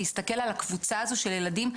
להסתכל על הקבוצה הזו של ילדים,